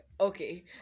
okay